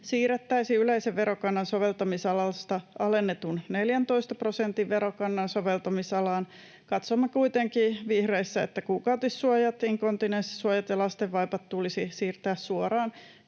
siirrettäisiin yleisen verokannan soveltamisalasta alennetun 14 prosentin verokannan soveltamisalaan. Katsomme kuitenkin vihreissä, että kuukautissuojat, inkontinenssisuojat ja lastenvaipat tulisi siirtää suoraan